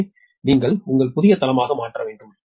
எனவே நீங்கள் உங்கள் புதிய தளமாக மாற்ற வேண்டும்